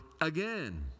again